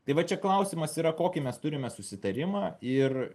tai va čia klausimas yra kokį mes turime susitarimą ir